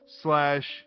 slash